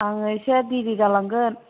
आं एसे देरि जालांगोन